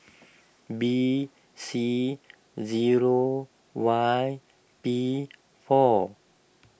B C zero Y P four